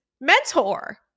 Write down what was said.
mentor